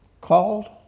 called